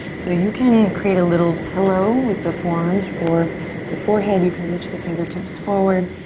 so you can create a little pillow with the forearms for the forehead. you can reach the fingertips forward,